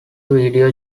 video